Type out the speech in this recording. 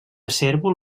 cérvol